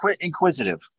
inquisitive